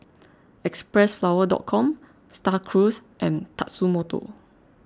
Xpressflower Com Star Cruise and Tatsumoto